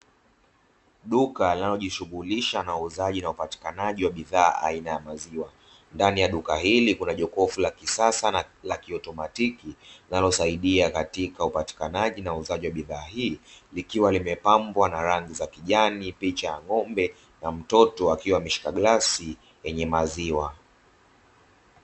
Duka linalo jishughulisha na uuzaji na upatikanaji wa bidhaa aina ya maziwa. Ndani ya duka hili kuna jokofu la kisasa na la kiotomatiki linallo saidia uuzaji wa bidhaa za duka hili zikiwa zimepambwa na rangi za kijani, picha ya ng'ombe na mtoto akiwa ameshika glasi yenye maziwa.